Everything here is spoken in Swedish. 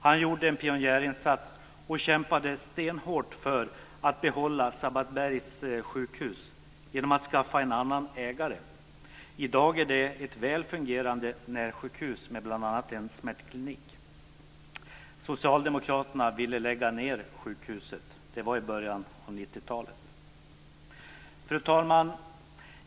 Han gjorde en pionjärinsats och kämpade stenhårt för att behålla Sabbatsbergs sjukhus genom att skaffa en annan ägare. I dag är det ett väl fungerande närsjukhus med bl.a. en smärtklinik. Socialdemokraterna ville lägga ned sjukhuset. Det var i början av 90-talet. Fru talman!